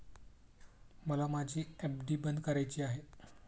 मला माझी एफ.डी बंद करायची आहे